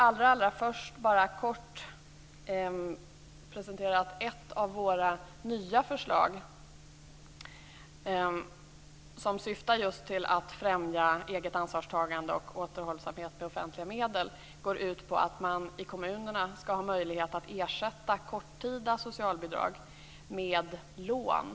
Allra först skall jag bara kort presentera ett av våra nya förslag, som syftar just till att främja eget ansvarstagande och återhållsamhet med offentliga medel. Det går ut på att man i kommunerna skall ha möjlighet att ersätta korttida socialbidrag med lån.